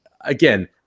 again